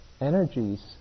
energies